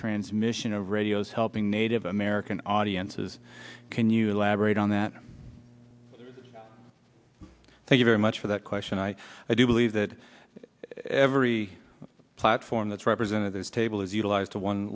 transmission of radios helping native american audiences can you elaborate on that thank you very much for that question i do believe that every platform that's represented this table is utilized to one